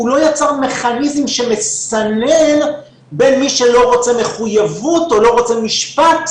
הוא לא יצר מכניזם שמסנן בין מי שלא רוצה מחויבות או לא רוצה משפט,